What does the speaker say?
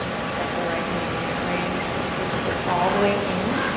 to protect the right knee and you're gonna bring this foot all the way in.